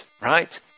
right